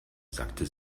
sagte